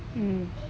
mm